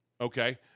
okay